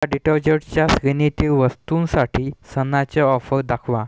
मला डिटर्जट्सच्या श्रेणीतील वस्तूंसाठी सणाच्या ऑफर दाखवा